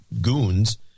goons